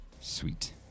Sweet